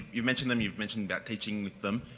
you mentioned them, you mentioned about teaching with them.